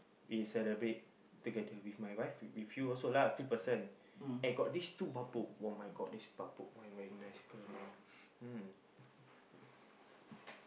we celebrate together with my wife with you also lah three person and got these two bapok [oh]-my-god these people man wearing nice skirt man mm